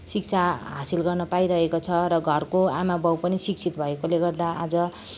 शिक्षा हासिल गर्न पाइरहेको छ र घरको आमाबाउ पनि शिक्षित भएकोले गर्दा आज